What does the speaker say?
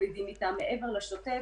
מתמודדים אתם מעבר לשוטף.